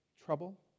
trouble